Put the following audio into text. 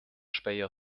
speyer